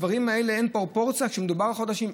בדברים האלה אין פרופורציה כשמדובר על חודשים.